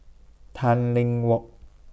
Tanglin Walk